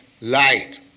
light